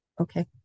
Okay